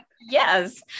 Yes